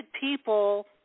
people